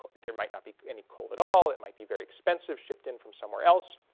there might not be any coal at all. it might be very expensive shipped in from somewhere else,